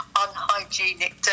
unhygienic